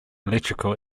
electrical